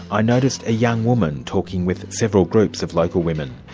i noticed a young woman talking with several groups of local women.